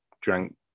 drank